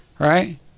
Right